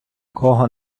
кого